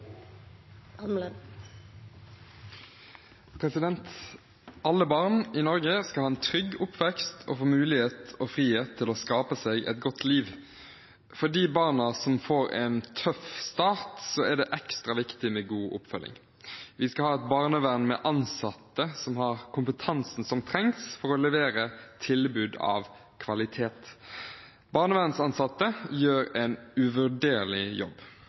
Alle barn i Norge skal ha en trygg oppvekst og få mulighet og frihet til å skape seg et godt liv. For de barna som får en tøff start, er det ekstra viktig med god oppfølging. Vi skal ha et barnevern med ansatte som har kompetansen som trengs for å levere tilbud av kvalitet. Barnevernsansatte gjør en uvurderlig jobb.